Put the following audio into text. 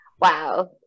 wow